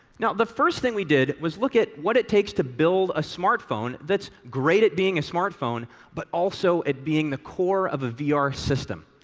the first thing we did was look at what it takes to build a smartphone that's great at being a smartphone but also at being the core of a vr system.